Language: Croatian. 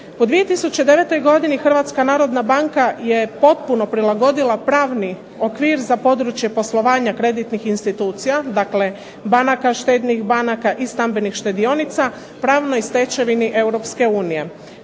U 2009. godini Hrvatska narodna banka je potpuno prilagodila pravni okvir za područje poslovanja kreditnih institucija. Dakle, banaka, štednih banaka i stambenih štedionica, pravnoj stečevini Europske unije.